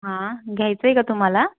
हां घ्यायचं आहे का तुम्हाला